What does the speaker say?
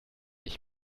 ich